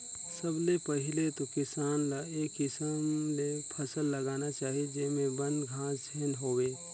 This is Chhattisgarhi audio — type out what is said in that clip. सबले पहिले तो किसान ल ए किसम ले फसल लगाना चाही जेम्हे बन, घास झेन होवे